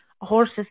horse's